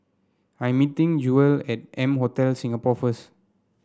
I meeting Jewell at M Hotel Singapore first